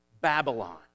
Babylon